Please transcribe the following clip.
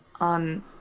on